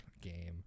game